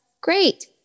great